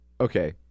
okay